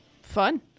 Fun